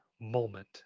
moment